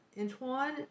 Antoine